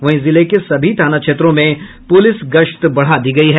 वहीं जिले के सभी थाना क्षेत्रों में पुलिस गश्त बढ़ा दी गई है